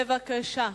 בבקשה.